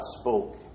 spoke